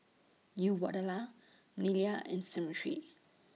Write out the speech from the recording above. Uyyalawada Neila and Smriti